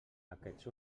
aquests